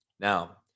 Now